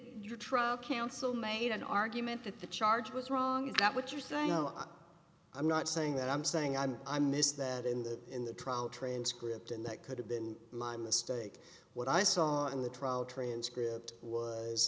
the truck council made an argument that the charge was wrong is that what you're saying oh i'm not saying that i'm saying i'm i missed that in the in the trial transcript and that could have been my mistake what i saw in the trial transcript was